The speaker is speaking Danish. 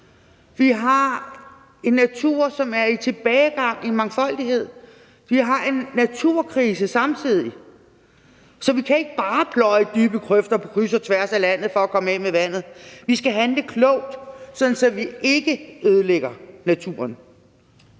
Vi har en natur, som er i tilbagegang i mangfoldighed. Vi har en naturkrise samtidig, så vi kan ikke bare pløje dybe grøfter på kryds og tværs af landet for at komme af med vandet. Vi skal handle klogt, sådan at vi ikke ødelægger naturen.